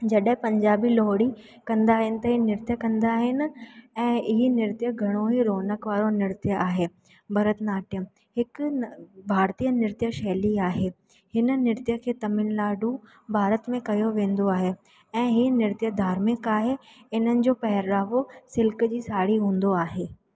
जॾहिं पंजाबी लोहड़ी कंदा आहिनि त हे नृत्य कंदा आहिनि ऐं ई नृत्य घणो ई रौनक वारो नृत्य आहे भरत नाट्यम हिकु भारतीय नृत्य शैली आहे हिन नृत्य खे तमिलनाडु भारत में कयो वेंदो आहे ऐं हे नृत्य धार्मिक आहे इन्हनि जो पहरावो सिल्क जी साड़ी हूंदो आहे